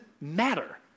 matter